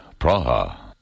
Praha